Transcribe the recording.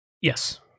yes